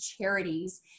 charities